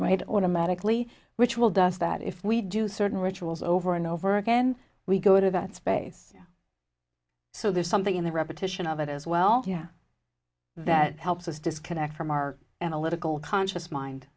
right automatically which will does that if we do certain rituals over and over again we go to that space so there's something in the repetition of it as well yeah that helps us disconnect from our analytical conscious mind